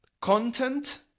content